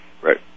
Right